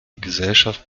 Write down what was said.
gesellschaft